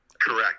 Correct